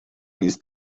ist